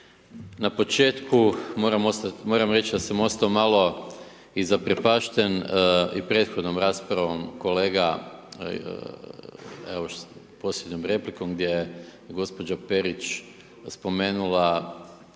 na početku, moram reći, da sam ostao malo i zaprepašten i prethodnom raspravom kolega posljednjom replikom, gdje je gospođa Perić spomenula